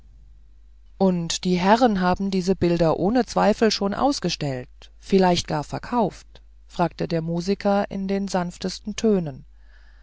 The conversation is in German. und die herren haben diese bilder ohne zweifel schon ausgestellt vielleicht gar verkauft fragte der musiker in den sanftesten tönen